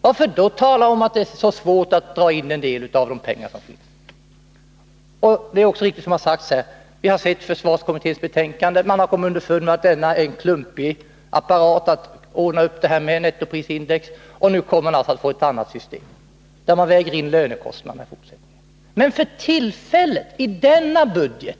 Varför då säga att det är så svårt att dra in en del av de pengar som finns? Det är också riktigt, som det har sagts, att vi har sett försvarskommitténs betänkande. Man har kommit underfund med att det är en klumpig apparat när det gäller att ordna upp nettoprisindex. Nu kommer man att få ett annat system. I fortsättningen vägs lönekostnaderna in. Men för tillfället, i denna budget,